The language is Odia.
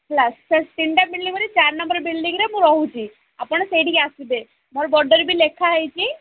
ହେଲା ସେ ତିନିଟା ବିଲଡ଼ିଙ୍ଗ୍ରେ ଚାରି ନମ୍ବର୍ ବିଲଡ଼ିଙ୍ଗ୍ରେ ମୁଁ ରହୁଛି ଆପଣ ସେଇଠିକି ଆସିବେ ମୋର ବୋର୍ଡ଼ରେ ବି ଲେଖାହେଇଛି